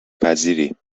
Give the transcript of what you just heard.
پذیری